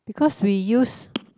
because we use